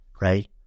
right